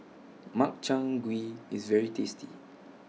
Makchang Gui IS very tasty